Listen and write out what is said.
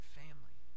family